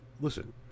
listen